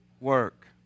work